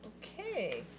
okay.